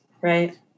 Right